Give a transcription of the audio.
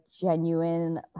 genuine